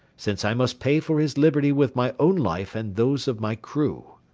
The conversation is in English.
since i must pay for his liberty with my own life and those of my crew.